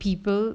people